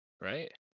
Right